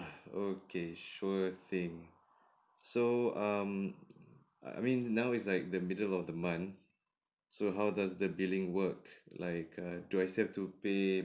okay sure thing so um I mean now is like the middle of the month so how does the billing work like err do I still have to pay